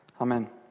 Amen